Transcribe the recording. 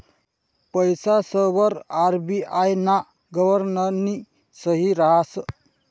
पैसासवर आर.बी.आय ना गव्हर्नरनी सही रहास